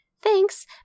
Thanks